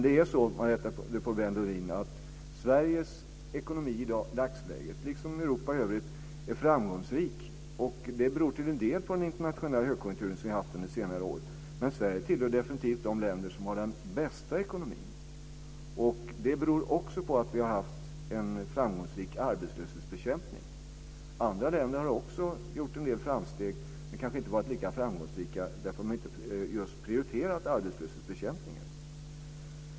Det är så, Marietta de Pourbaix-Lundin, att Sveriges ekonomi i dagsläget, liksom Europas i övrigt, är framgångsrik. Det beror till en del på den internationella högkonjunktur som vi har haft under senare år, men Sverige tillhör definitivt de länder som har den bästa ekonomin. Det beror också på att vi har haft en framgångsrik arbetslöshetsbekämpning. Andra länder har också gjort en del framsteg men kanske inte varit lika framgångsrika därför att de inte har prioriterat just arbetslöshetsbekämpningen.